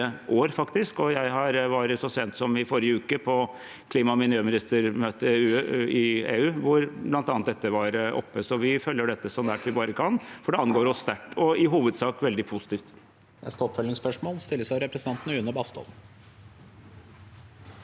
Jeg var så sent som i forrige uke på klimaog miljøministermøte i EU, hvor bl.a. dette var oppe. Så vi følger dette så nært vi bare kan, for det angår oss sterkt – og i hovedsak veldig positivt.